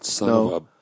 No